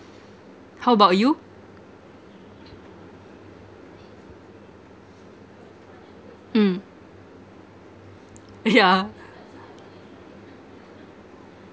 how about you mm uh yeah